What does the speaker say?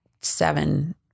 seven